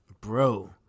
Bro